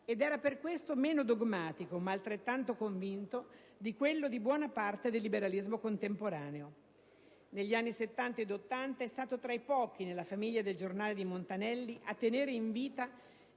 ed era per questo meno dogmatico, ma altrettanto convinto di quello di buona parte del liberalismo contemporaneo. Negli anni '70 ed '80 fu tra i pochi nella famiglia de «il Giornale» di Montanelli a tenere in vita